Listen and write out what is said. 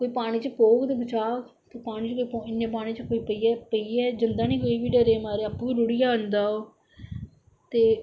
कोई पानी च पौग ते बचाग पानी च कोई इन्ने पानी च कोई पेइयै पेइये जंदा नेईं कोई बी डरे दे मारे दे आपू रुढ़ी जदां ओह् ते